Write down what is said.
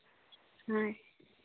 ᱦᱳᱭ